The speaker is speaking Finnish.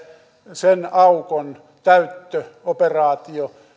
sen aukon täyttöoperaatio